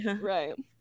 Right